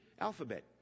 alphabet